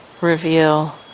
reveal